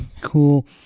cool